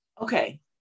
okay